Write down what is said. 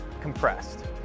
compressed